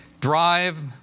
drive